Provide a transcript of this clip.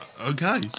Okay